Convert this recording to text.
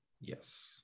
yes